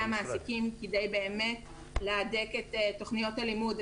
המעסיקים כדי להדק את תוכניות הלימוד,